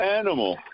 animal